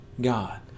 god